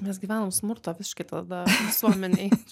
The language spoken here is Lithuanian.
mes gyvenam smurto visiškai tada visuomenėj